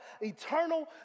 eternal